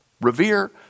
revere